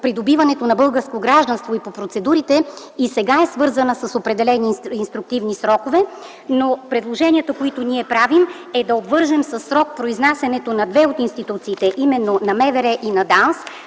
придобиването на българско гражданство и по процедурите и сега е свързана с определени инструктивни срокове, но предложенията, които ние правим, е да обвържем с определени конкретни срокове две от институциите – МВР и ДАНС,